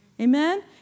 Amen